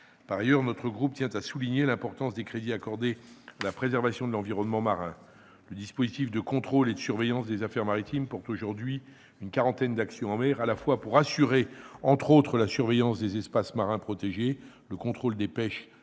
Par ailleurs, notre groupe tient à souligner l'importance des crédits accordés à la préservation de l'environnement marin. Le dispositif de contrôle et de surveillance des affaires maritimes porte aujourd'hui une quarantaine d'actions en mer, pour assurer, entre autres, la surveillance des espaces marins protégés, le contrôle des pêches